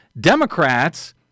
Democrats